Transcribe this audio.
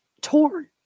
torn